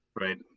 right